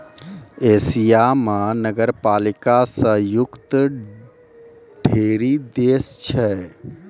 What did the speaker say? Asia म नगरपालिका स युक्त ढ़ेरी देश छै